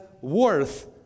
worth